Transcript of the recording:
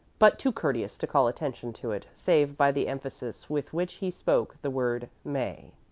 but too courteous to call attention to it save by the emphasis with which he spoke the word may.